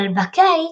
אבל בקיץ...